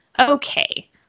Okay